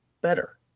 better